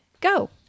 go